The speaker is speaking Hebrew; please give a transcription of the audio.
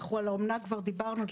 על האומנה כבר דיברנו.